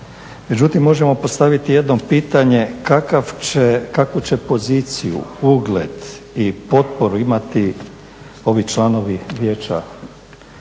Međutim, možemo postaviti jedno pitanje kakvu će poziciju, ugled i potporu imati ovi članovi Vijeća